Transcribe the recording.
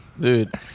Dude